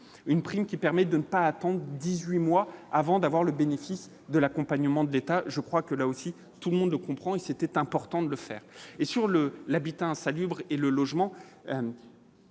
une prime qui permet de ne pas attendre 18 mois avant d'avoir le bénéfice de l'accompagnement de l'État, je crois que là aussi, tout le monde le comprend et c'était important de le faire et sur le l'habitat insalubre et le logement.